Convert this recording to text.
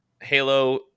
halo